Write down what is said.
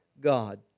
God